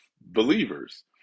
believers